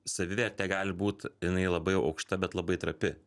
savivertė gali būt jinai labai aukšta bet labai trapi